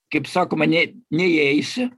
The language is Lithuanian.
kaip sakoma ne neįeisi